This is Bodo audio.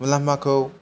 मुलाम्फाखौ